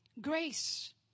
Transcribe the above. Grace